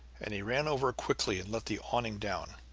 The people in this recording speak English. and he ran over quickly and let the awning down.